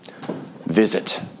Visit